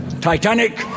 Titanic